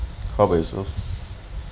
how about yourself